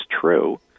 true